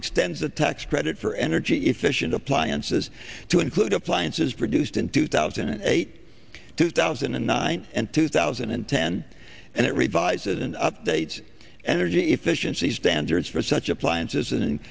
extends a tax credit for energy efficient appliances to include appliances produced in two thousand and eight two thousand and nine and two thousand and ten and it revises and updates energy fission see standards for such appliances